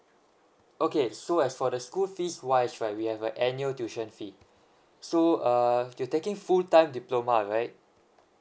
okay so as for the school fees wise right we have a annual tuition fee so uh you're taking full time diploma right